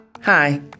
Hi